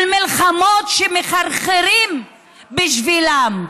של מלחמות שמחרחרים בשבילן.